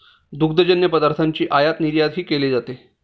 दुग्धजन्य पदार्थांची आयातनिर्यातही केली जाते